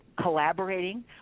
collaborating